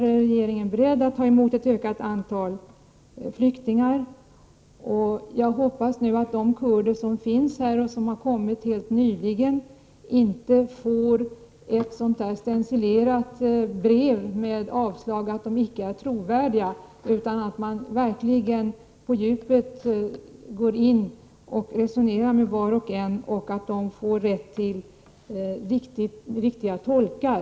Regeringen är beredd att ta emot ett ökat antal flyktingar. Jag hoppas nu 7 att de kurder som finns här och som har kommit helt nyligen inte får ett sådant här stencilerat brev med avslag, därför att de icke skulle vara trovärdiga, utan att man verkligen går på djupet och resonerar med var och en och att de får rätt till riktiga tolkar.